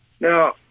Now